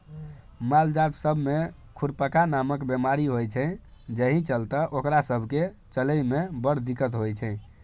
मालजाल सब मे खुरपका नामक बेमारी होइ छै जाहि चलते ओकरा सब केँ चलइ मे बड़ दिक्कत होइ छै